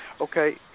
okay